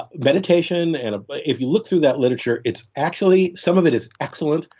meditation and but if you look through that literature, it's actually, some of it is excellent,